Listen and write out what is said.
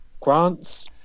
Grants